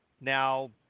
Now